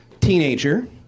teenager